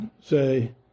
say